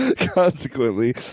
Consequently